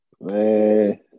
Man